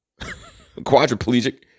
Quadriplegic